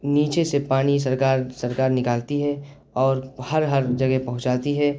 نیچے سے پانی سرکار سرکار نکالتی ہے اور ہر ہر جگہ پہنچاتی ہے